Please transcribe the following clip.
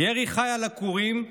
ירי חי על עקורים,